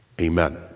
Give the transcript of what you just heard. Amen